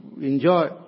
enjoy